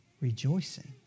rejoicing